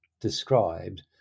described